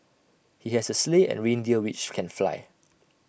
he has A sleigh and reindeer which can fly